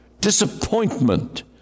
disappointment